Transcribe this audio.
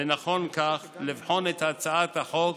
ונכון כך, לבחון את הצעת החוק